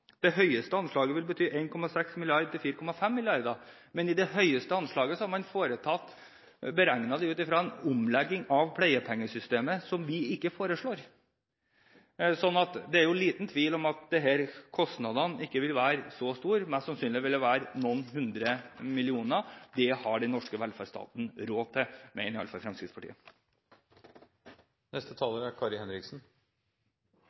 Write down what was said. Det høyeste anslaget vil bety 1,6–4,5 mrd. kr. Men i det høyeste anslaget har man foretatt en beregning ut fra en omlegging av pleiepengesystemet som vi ikke foreslår. Det er jo liten tvil om at disse kostnadene ikke vil være så store, mest sannsynlig vil det være noen hundre millioner. Det har den norske velferdsstaten råd til – mener i alle fall Fremskrittspartiet.